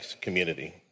community